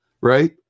Right